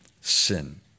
sin